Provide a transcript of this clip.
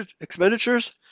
expenditures